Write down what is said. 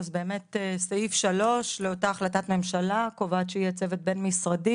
באמת סעיף 3 לאותה החלטת ממשלה קובע שיהיה צוות בין-משרדי